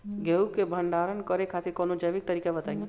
गेहूँ क भंडारण करे खातिर कवनो जैविक तरीका बताईं?